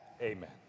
Amen